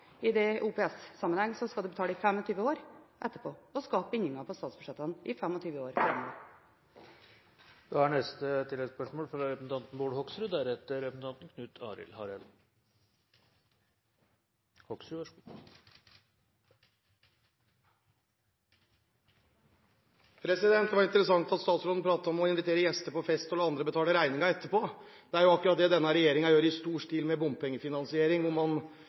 og skape bindinger på statsbudsjettet i 25 år. Bård Hoksrud – til oppfølgingsspørsmål. Det er interessant å høre statsråden prate om å invitere gjester på fest, og så la andre betale regningen etterpå. Det er jo akkurat det denne regjeringen gjør i stor stil med bompengefinansiering, hvor man